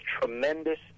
tremendous